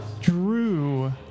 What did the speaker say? Drew